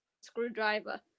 screwdriver